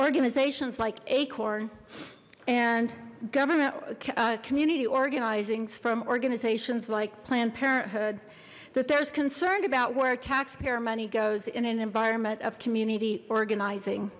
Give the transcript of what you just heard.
organizations like acorn and government community organizing from organizations like planned parenthood that there's concerned about where taxpayer money goes in an environment of community organizing